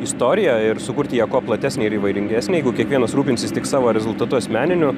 istoriją ir sukurti ją kuo platesnę ir įvairingesnę jeigu kiekvienas rūpinsis tik savo rezultatu asmeniniu